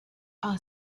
our